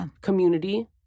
community